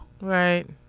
right